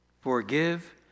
Forgive